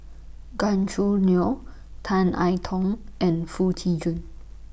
Gan Choo Neo Tan I Tong and Foo Tee Jun